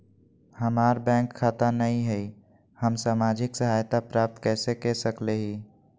हमार बैंक खाता नई हई, हम सामाजिक सहायता प्राप्त कैसे के सकली हई?